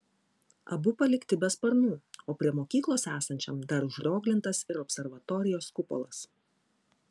abu palikti be sparnų o prie mokyklos esančiam dar užrioglintas ir observatorijos kupolas